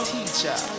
Teacher